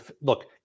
look